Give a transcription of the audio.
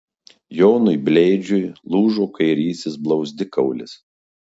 jonui blėdžiui lūžo kairysis blauzdikaulis